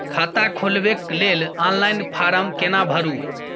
खाता खोलबेके लेल ऑनलाइन फारम केना भरु?